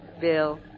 Bill